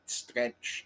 stretch